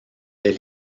del